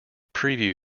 preview